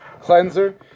Cleanser